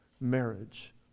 marriage